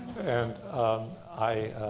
and i